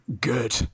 good